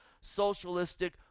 socialistic